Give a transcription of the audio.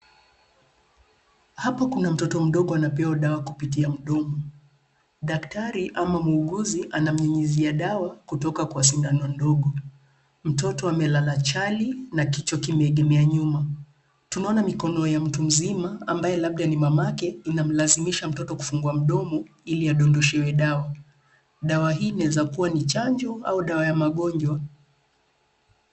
Hapa kuna mtoto mdogo anapewa dawa kupitia mdomo. Daktari ama muuguzi anamnyunyizia dawa kutoka kwa sindano ndogo. Mtoto amelala chali na kichwa kimeegemea nyuma. Tunaona mikono ya mtu mzima ,ambaye labda ni mamake, inamlazimisha mtoto kufungua mdomo ili yadondoshewe dawa. Dawa hii inaweza Kua ni chanjo au dawa ya magonjwa.